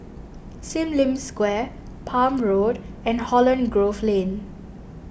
Sim Lim Square Palm Road and Holland Grove Lane